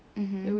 mmhmm